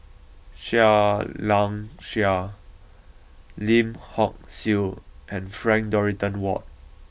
Seah Liang Seah Lim Hock Siew and Frank Dorrington Ward